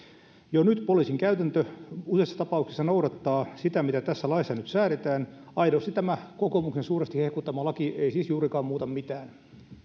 jo nyt poliisin käytäntö useissa tapauksissa noudattaa sitä mitä tässä laissa nyt säädetään aidosti tämä kokoomuksen suuresti hehkuttama laki ei siis juurikaan muuta mitään